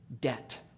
debt